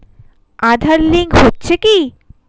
Aadhaar link হচ্ছে কি?